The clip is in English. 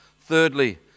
Thirdly